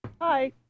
Hi